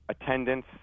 attendance